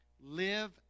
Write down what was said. live